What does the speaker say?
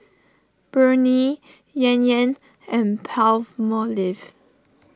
Burnie Yan Yan and Palmolive